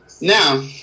Now